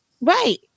right